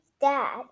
Dad